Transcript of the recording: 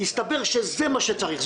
הסתבר שזה מה שצריך,